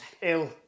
ill